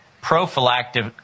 prophylactic